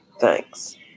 Thanks